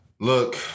Look